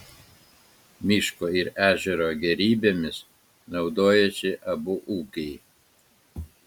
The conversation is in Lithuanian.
miško ir ežero gėrybėmis naudojosi abu ūkiai